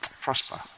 Prosper